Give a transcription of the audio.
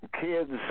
kids